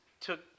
took